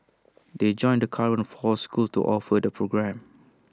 they join the current four schools to offer the programme